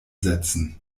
setzen